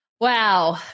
Wow